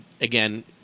again –